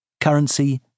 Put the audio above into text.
Currency –